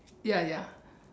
ya ya